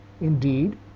Indeed